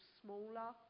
smaller